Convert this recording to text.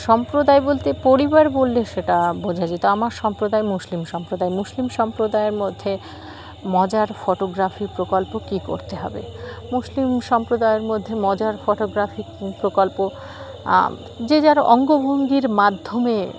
সম্প্রদায় বলতে পরিবার বললে সেটা বোঝা যেতো আমার সম্প্রদায় মুসলিম সম্প্রদায় মুসলিম সম্প্রদায়ের মধ্যে মজার ফটোগ্রাফি প্রকল্প কী করতে হবে মুসলিম সম্প্রদায়ের মধ্যে মজার ফটোগ্রাফি প্রকল্প যে যারা অঙ্গভঙ্গির মাধ্যমে